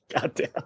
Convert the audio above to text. Goddamn